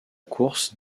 course